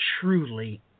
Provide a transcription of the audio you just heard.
truly